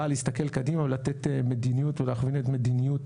באה להסתכל קדימה ולתת מדיניות ולהכווין את מדיניות